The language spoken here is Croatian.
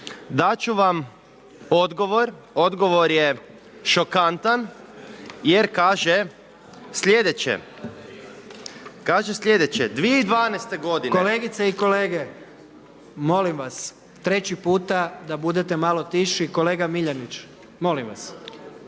Dat ću vam odgovor, odgovor je šokantan jer kaže sljedeće, kaže sljedeće: 2012. godine …/Upadica predsjednik: Kolegice i kolege, molim vas treći puta da budete malo tiši, kolega Miljanić, molim vas./…